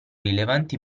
rilevanti